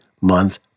month